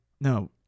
no